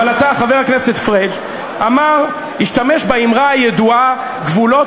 אבל חבר הכנסת פריג' השתמש באמרה הידועה "גבולות